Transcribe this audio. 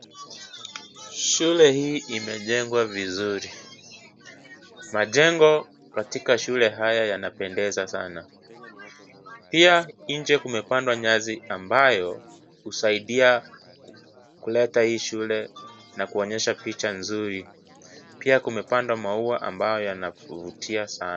Shule hii imejengwa vizuri ,majengo katika shule haha yanapendeza sana, pia. Je kumepandwa nyasi ambayo kusaidia kuleta hii shule na kuonyesha picha nzuri. Pia yamepangwa Maja ambayo yanavugia Sana.